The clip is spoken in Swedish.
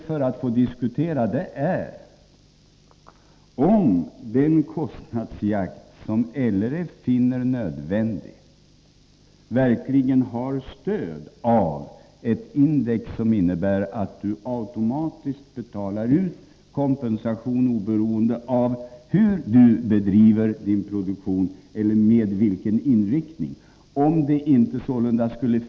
Vad jag vill diskutera är om den kostnadsjakt som LRF finner nödvändig verkligen har stöd av ett index som innebär att man automatiskt betalar ut kompensation oberoende av hur eller med vilken inriktning produktionen bedrivs.